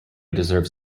deserves